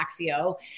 Axio